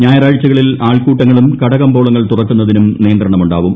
ഞായറാഴ്ചകളിൽ ആൾക്കൂട്ടങ്ങളും കട കമ്പോളങ്ങൾ തുറക്കുന്നതിനും നിയന്ത്രണമുണ്ടാവും